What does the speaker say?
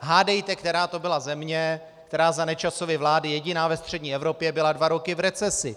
Hádejte, která to byla země, která za Nečasovy vlády jediná ve střední Evropě byla dva roky v recesi?